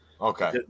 Okay